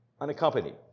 unaccompanied